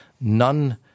None